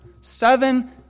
Seven